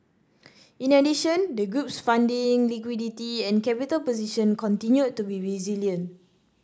in addition the group's funding liquidity and capital position continued to be resilient